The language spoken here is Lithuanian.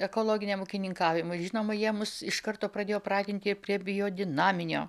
ekologiniam ūkininkavimui žinoma jie mus iš karto pradėjo pratinti prie biodinaminio